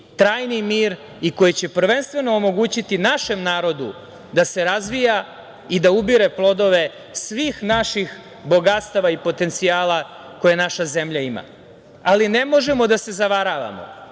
trajni mir i koji će prvenstveno omogućiti našem narodu da se razvija i da ubira plodove svih naših bogatstava i potencijala koje naša zemlja ima. Ne možemo da se zavaravamo